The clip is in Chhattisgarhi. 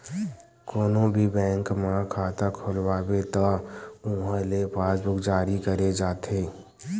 कोनो भी बेंक म खाता खोलवाबे त उहां ले पासबूक जारी करे जाथे